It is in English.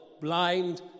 blind